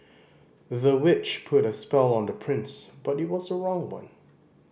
the witch put a spell on the prince but it was the wrong one